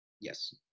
Yes